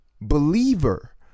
Believer